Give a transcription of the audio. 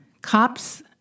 Cops